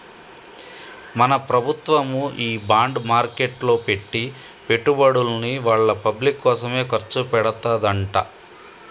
మన ప్రభుత్వము ఈ బాండ్ మార్కెట్లో పెట్టి పెట్టుబడుల్ని వాళ్ళ పబ్లిక్ కోసమే ఖర్చు పెడతదంట